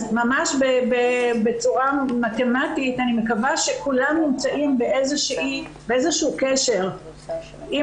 אז ממש בצורה מתמטית אני מקווה שכולם נמצאים בקשר עם